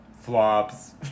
Flops